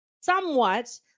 somewhat